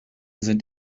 sind